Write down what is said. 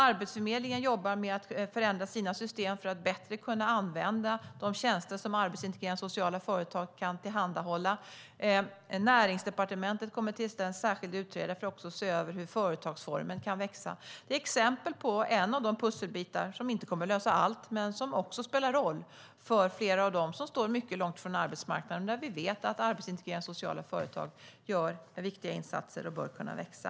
Arbetsförmedlingen jobbar med att förändra sina system för att bättre kunna använda de tjänster som arbetsintegrerande sociala företag kan tillhandahålla. Näringsdepartementet kommer att tillsätta en särskild utredare för att se över hur företagsformen kan växa. Dessa exempel är en av de pusselbitar som inte kommer att lösa allt men som spelar roll för flera av dem som står mycket långt från arbetsmarknaden, där vi vet att arbetsintegrerande sociala företag gör viktiga insatser och bör kunna växa.